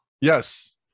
Yes